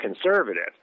conservative